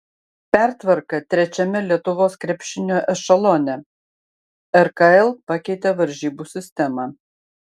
pertvarka trečiame lietuvos krepšinio ešelone rkl pakeitė varžybų sistemą